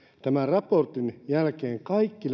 tämän raportin jälkeen kaikki